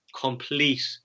complete